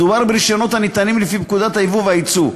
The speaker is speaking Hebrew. מדובר ברישיונות הניתנים לפי פקודת היבוא והיצוא.